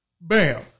Bam